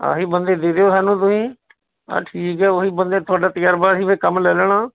ਆਹੀ ਬੰਦੇ ਦੇ ਦਿਓ ਸਾਨੂੰ ਤੁਸੀਂ ਬਸ ਠੀਕ ਹੈ ਉਹ ਹੀ ਬੰਦੇ ਤੁਹਾਡਾ ਤਜਰਬਾ ਅਸੀਂ ਫਿਰ ਕੰਮ ਲੈ ਲੈਣਾ